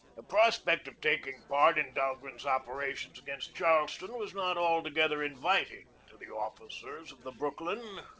the prospect of taking part in dahlgren's opera tions against charleston was not altogether inviting to the officers of the brooklyn.